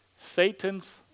Satan's